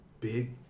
big